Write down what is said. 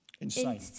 insane